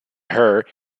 her